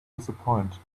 disappoint